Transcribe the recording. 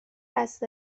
است